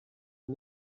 ngo